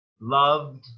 loved